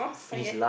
okay